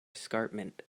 escarpment